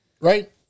right